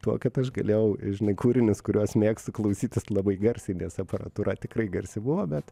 tuo kad aš galėjau žinai kūrinius kuriuos mėgstu klausytis labai garsiai nes aparatūra tikrai garsi buvo bet